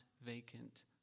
vacant